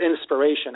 inspiration